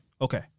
Okay